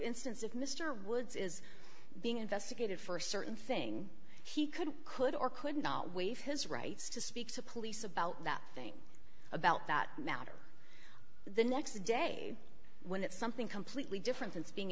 instance if mr woods is being investigated for a certain thing he could could or could not waive his rights to speak to police about that thing about that matter the next day when it's something completely different that's being